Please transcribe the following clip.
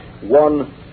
one